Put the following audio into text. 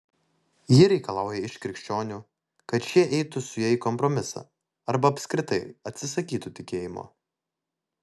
ji reikalauja iš krikščionių kad šie eitų su ja į kompromisą arba apskritai atsisakytų tikėjimo